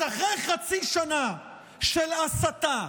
אז אחרי חצי שנה של הסתה,